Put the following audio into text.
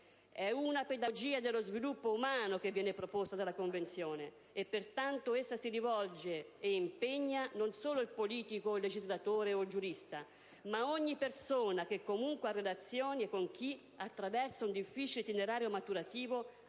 E una pedagogia dello sviluppo umano che viene proposta dalla Convenzione e pertanto essa si rivolge, e impegna, non solo il politico o il legislatore o il giurista, ma ogni persona che comunque ha relazioni con chi, attraverso un difficile itinerario maturativo,